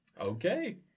Okay